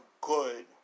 good